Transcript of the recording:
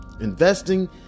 Investing